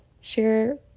Share